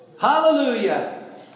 Hallelujah